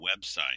website